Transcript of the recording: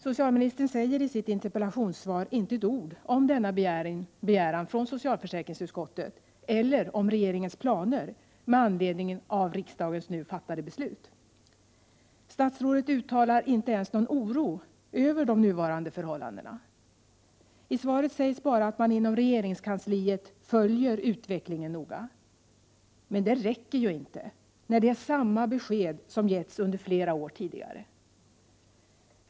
Socialministern säger i sitt interpellationssvar inte ett ord om denna begäran från socialförsäkringsutskottet eller om regeringens planer med anledning av riksdagens nu fattade beslut. Statsrådet uttalar inte ens någon oro över de nuvarande förhållandena. I svaret sägs bara att man inom regeringskansliet följer utvecklingen noga. Men detta räcker ju inte, när det är samma besked som getts under flera år tidigare.